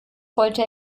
heute